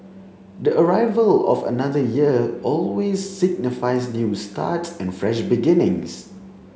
the arrival of another year always signifies new starts and fresh beginnings